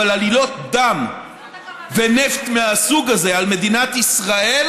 אבל עלילות דם ונפט מהסוג הזה על מדינת ישראל